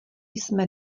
jsme